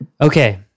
Okay